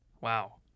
Wow